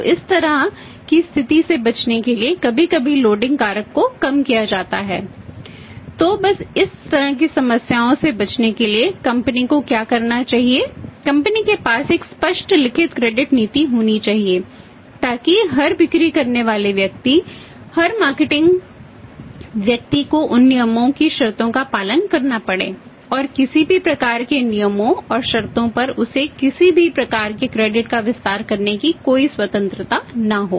तो इस तरह की स्थिति से बचने के लिए कभी कभी लोडिंग फैक्टर का विस्तार करने की कोई स्वतंत्रता न हो